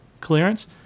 clearance